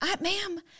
Ma'am